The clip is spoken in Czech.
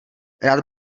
rád